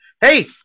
Hey